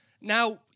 Now